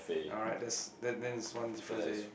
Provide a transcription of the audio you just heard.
alright that's then then it's one difference already